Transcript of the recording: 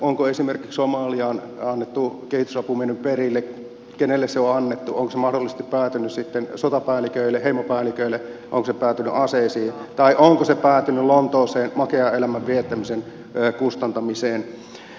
onko esimerkiksi somaliaan annettu kehitysapu mennyt perille kenelle se on annettu onko se mahdollisesti päätynyt sitten sotapäälliköille heimopäälliköille onko se päätynyt aseisiin tai onko se päätynyt lontooseen makean elämän viettämisen kustantamiseen